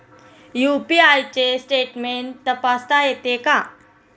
UPI चे statement तपासता येते का?